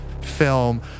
film